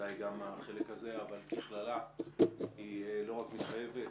בוודאי גם החלק הזה אבל ככללה היא לא רק מתחייבת,